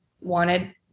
wanted